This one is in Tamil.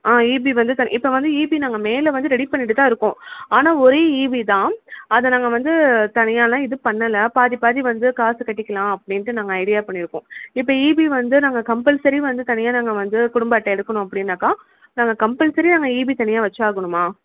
ஆ இபி வந்து தனி இப்போ வந்து இபி நாங்கள் மேலே வந்து ரெடி பண்ணிகிட்டு தான் இருக்கோம் ஆனால் ஒரே இபி தான் அதை நாங்கள் வந்து தனியாகலாம் இது பண்ணலை பாதி பாதி வந்து காசு கட்டிக்கலாம் அப்படின்ட்டு நாங்கள் ஐடியா பண்ணியிருக்கோம் இப்போ இபி வந்து நாங்கள் கம்பல்சரி வந்து தனியாக நாங்கள் வந்து குடும்ப அட்டை எடுக்கணும் அப்படினாக்கா நாங்கள் கம்பல்சரி அங்கே இபி தனியாக வச்சாகணுமா